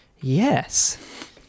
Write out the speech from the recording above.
Yes